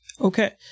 Okay